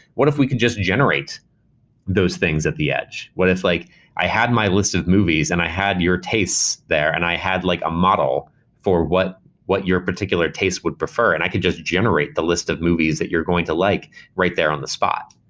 what if we can just generate those things at the edge? what if like i had my list of movies and i had your tastes there and i had like a model for what what your particular case would prefer, and i could can just generate the list of movies that you're going to like right there on the spot.